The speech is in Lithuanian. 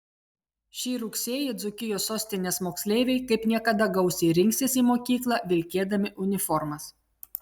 šį rugsėjį dzūkijos sostinės moksleiviai kaip niekada gausiai rinksis į mokyklą vilkėdami uniformas